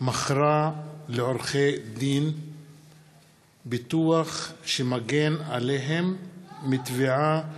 מכרה לעורכי-דין ביטוח שמגן עליהם מתביעה